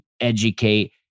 educate